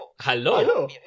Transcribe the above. hello